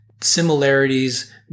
similarities